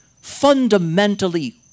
fundamentally